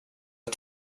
jag